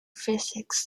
physics